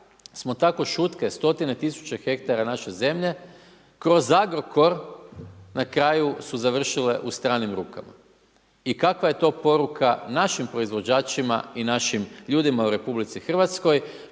smo tako šutke 100 tisuća hektara naše zemlje, kroz Agrokor, na kraju su završile u stranim rukama. I kakva je to poruka našim proizvođačima i našim ljudima u RH, pogotovo